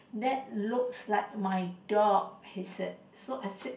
that looks like my dog he said so I said